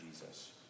Jesus